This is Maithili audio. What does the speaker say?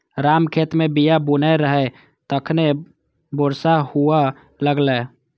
राम खेत मे बीया बुनै रहै, तखने बरसा हुअय लागलै